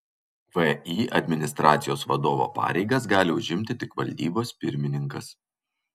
vį administracijos vadovo pareigas gali užimti tik valdybos pirmininkas